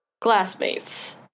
classmates